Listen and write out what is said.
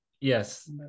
Yes